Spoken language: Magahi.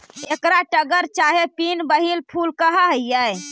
एकरा टगर चाहे पिन व्हील फूल कह हियई